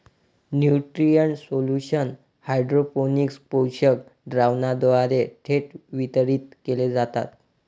nutrient solution hydroponics पोषक द्रावणाद्वारे थेट वितरित केले जातात